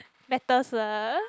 matters lah